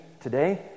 today